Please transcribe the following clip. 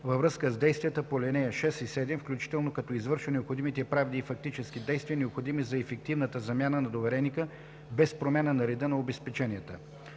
във връзка с действията по ал. 6 и 7, включително като извършва необходимите правни и фактически действия, необходими за ефективната замяна на довереника без промяна на реда на обезпеченията.”.